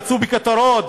יצאו בכותרות,